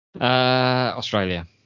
Australia